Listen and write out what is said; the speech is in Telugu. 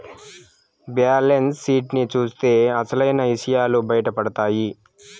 బ్యాలెన్స్ షీట్ ని చూత్తే అసలైన ఇసయాలు బయటపడతాయి